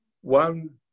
One